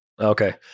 Okay